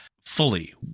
fully